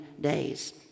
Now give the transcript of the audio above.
days